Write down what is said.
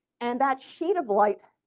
and that sheet of light,